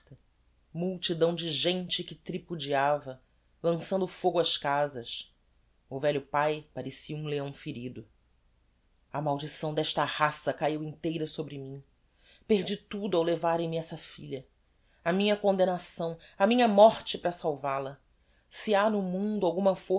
multidão de gente que tripudiava lançando fogo ás casas o velho pae parecia um leão ferido a maldição d'esta raça caiu inteira sobre mim perdi tudo ao levarem me essa filha a minha condemnação a minha morte para salval a se ha no mundo alguma